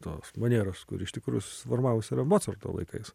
tos manieros kuri iš tikrųjų susiformavus yra mocarto laikais